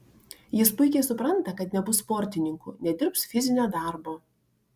jis puikiai supranta kad nebus sportininku nedirbs fizinio darbo